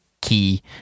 key